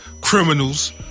criminals